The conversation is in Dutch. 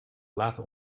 laten